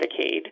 Medicaid